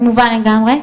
מובן לגמרי.